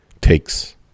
takes